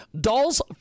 Dolls